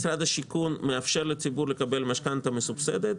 משרד השיכון מאפשר לציבור לקבל משכנתא מסובסדת.